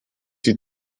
die